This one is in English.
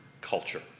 culture